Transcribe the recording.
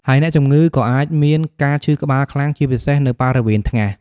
ហើយអ្នកជំងឺក៏អាចមាន ការឈឺក្បាលខ្លាំង ជាពិសេសនៅបរិវេណថ្ងាស។